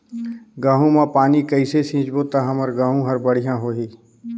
गहूं म पानी कइसे सिंचबो ता हमर गहूं हर बढ़िया होही?